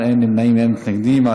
בעד, 16, אין מתנגדים, אין נמנעים.